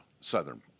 southern